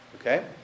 okay